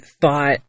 thought